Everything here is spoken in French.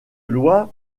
loi